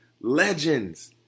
legends